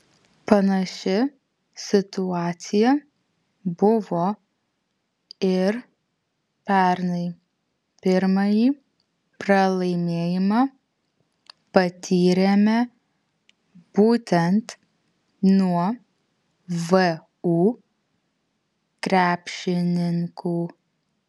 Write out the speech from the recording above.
panaši situacija buvo ir pernai pirmąjį pralaimėjimą patyrėme būtent nuo vu krepšininkų